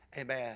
Amen